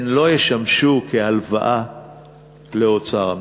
הוא לא ישמש כהלוואה לאוצר המדינה.